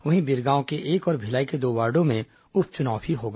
वहीं बिरगांव के एक और भिलाई के दो वार्डों में उप चुनाव होगा